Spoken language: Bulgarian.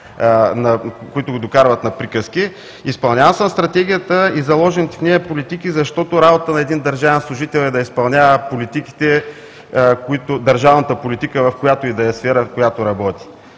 които го докарват на приказки. Изпълнявал съм Стратегията и заложените в нея политики, защото работа на един държавен служител е да изпълнява държавната политика, в която и да е сфера, в която работи.